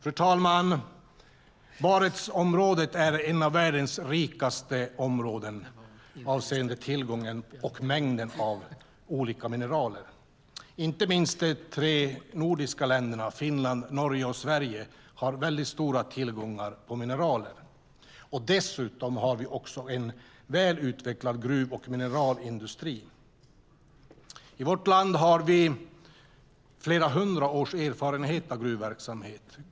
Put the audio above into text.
Fru talman! Barentsområdet är ett av världens rikaste områden avseende tillgången på och mängden av olika mineraler. Inte minst de tre nordiska länderna Finland, Norge och Sverige har väldigt stora tillgångar på mineraler. Dessutom har vi en väl utvecklad gruv och mineralindustri. I vårt land har vi flera hundra års erfarenhet av gruvverksamhet.